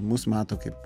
mus mato kaip